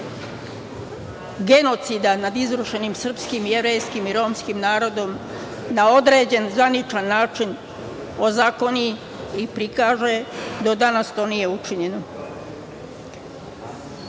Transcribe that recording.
genocida nad srpskim, jevrejskim i romskim narodom na određen zvaničan način ozakoni i prikaže do danas to nije učinjeno. Dozvolite